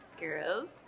girls